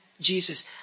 Jesus